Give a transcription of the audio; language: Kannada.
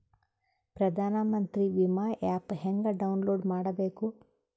ಪ್ರಧಾನಮಂತ್ರಿ ವಿಮಾ ಆ್ಯಪ್ ಹೆಂಗ ಡೌನ್ಲೋಡ್ ಮಾಡಬೇಕು?